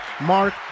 Mark